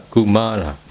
Kumara